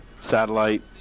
satellite